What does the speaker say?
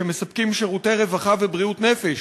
שמספקים שירותי רווחה ובריאות נפש.